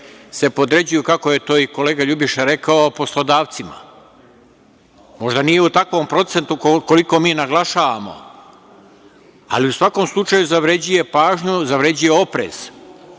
se podređuju, kako je to i kolega Ljubiša rekao, poslodavcima. Možda nije u takvom procentu koliko mi naglašavamo, ali u svakom slučaju zavređuje pažnju, zavređuje oprez. Ovde